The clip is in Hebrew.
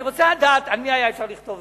אני רוצה לדעת על מי היה אפשר לכתוב